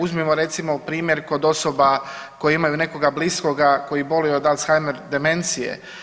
Uzmimo recimo primjer kod osoba koje imaju nekoga bliskoga koji boluje od alzheimer demencije.